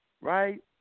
Right